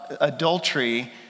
adultery